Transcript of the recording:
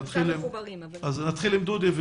נתחיל עם דודי מזרחי.